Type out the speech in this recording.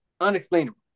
unexplainable